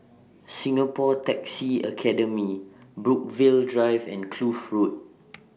Singapore Taxi Academy Brookvale Drive and Kloof Road